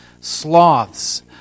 sloths